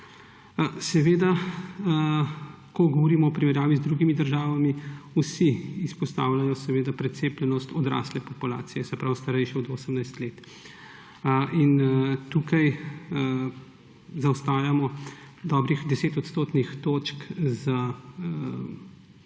ko govorimo o primerjavi z drugimi državami, vsi izpostavljajo seveda precepljenost odrasle populacije, se pravi starejši od 18 let. In tukaj zaostajamo dobrih 10 odstotnih točk za povprečjem